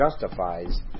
justifies